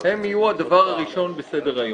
הן יהיו הדבר הראשון בסדר-היום.